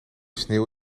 sneeuw